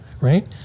right